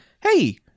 hey